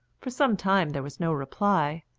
for some time there was no reply,